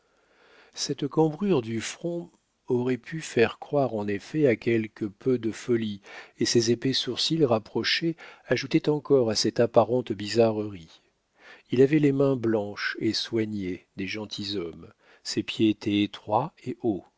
cette cambrure du front aurait pu faire croire en effet à quelque peu de folie et ses épais sourcils rapprochés ajoutaient encore à cette apparente bizarrerie il avait les mains blanches et soignées des gentilshommes ses pieds étaient étroits et